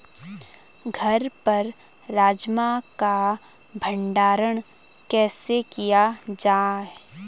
घर पर राजमा का भण्डारण कैसे किया जाय?